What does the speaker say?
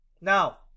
Now